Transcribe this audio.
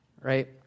right